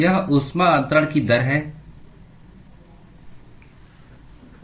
यह ऊष्मा अन्तरण की दर है